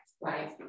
Right